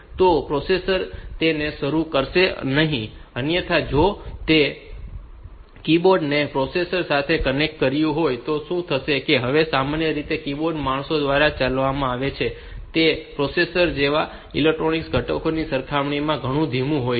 તો પ્રોસેસર તેને શરૂ કરશે નહીં અન્યથા જો મેં કીબોર્ડ ને પ્રોસેસર સાથે કનેક્ટ કર્યું હોય તો શું થશે કે હવે સામાન્ય રીતે આ કીબોર્ડ માણસો દ્વારા ચલાવવામાં આવે છે તે પ્રોસેસર જેવા આ ઈલેક્ટ્રોનિક ઘટકોની સરખામણીમાં ઘણું ધીમું હોય છે